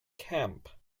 camp